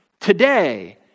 today